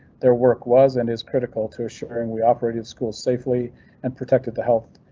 their work was and is critical to ensuring we operated schools safely and protected the health.